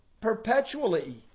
perpetually